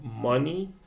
money